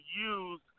use